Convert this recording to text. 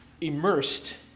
immersed